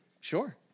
Sure